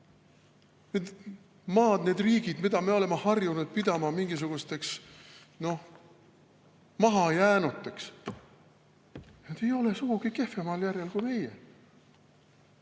Maad, need riigid, mida me oleme harjunud pidama mingisugusteks mahajäänuteks, ei ole sugugi kehvemal järjel kui meie.